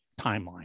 timeline